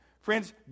Friends